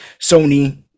sony